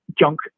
junk